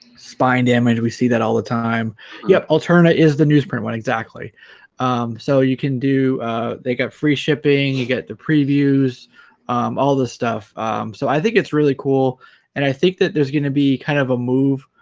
spine damage we see that all the time yep alternate is the newsprint one exactly so you can do they get free shipping you get the previews all this stuff so i think it's really cool and i think that there's gonna be kind of a move